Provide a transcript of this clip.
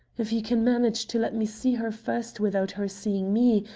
if you can manage to let me see her first without her seeing me,